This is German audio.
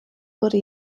wurde